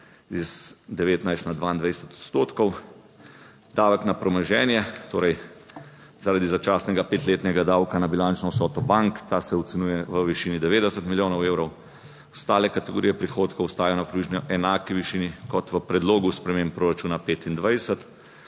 iz 19 na 22 odstotkov. Davek na premoženje torej zaradi začasnega petletnega davka na bilančno vsoto bank, ta se ocenjuje v višini 90 milijonov evrov, ostale kategorije prihodkov ostajajo na približno enaki višini kot v predlogu sprememb proračuna 2025,